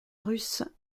russe